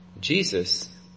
Jesus